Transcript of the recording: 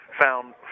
found